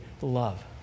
love